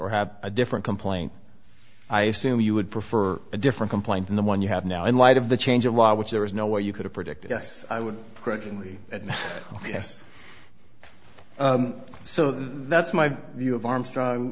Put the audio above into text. or have a different complaint i assume you would prefer a different complaint than the one you have now in light of the change of law which there is no way you could have predicted yes i would presently yes so that's my view of armstrong